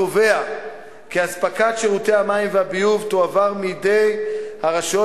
קובע כי אספקת שירותי המים והביוב תועבר מידי הרשויות